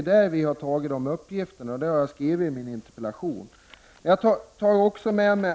Jag skriver också i interpellationen att jag hämtat mina uppgifter ur verkets anslagsframställning.